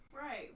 Right